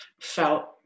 felt